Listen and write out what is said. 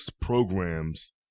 programs